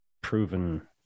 proven